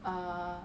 err